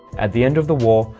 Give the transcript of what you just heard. at the end of the war,